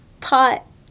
pot